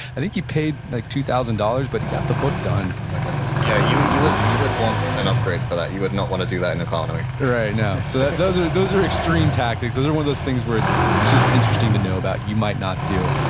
i think he paid like two thousand dollars, but he got the book done yeah you you would want an upgrade for that. you would not want to do that in economy right, no. so those are those are extreme tactics. those are one of those things where it's it's just interesting to know about, you might not do.